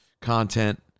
content